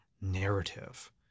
narrative